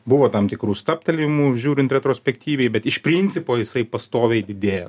buvo tam tikrų stabtelėjimų žiūrint retrospektyviai bet iš principo jisai pastoviai didėja